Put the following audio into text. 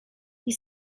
you